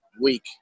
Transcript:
week